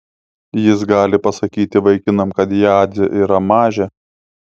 jis gali pasakyti vaikinam kad jadzė yra mažė